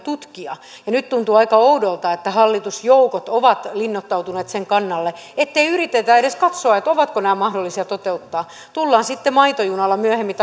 tutkia nyt tuntuu aika oudolta että hallitusjoukot ovat linnoittautuneet sen kannalle ettei yritetä edes katsoa ovatko nämä mahdollisia toteuttaa tullaan sitten maitojunalla myöhemmin